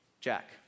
Jack